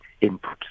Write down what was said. input